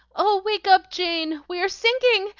oh, wake up, jane! we are sinking!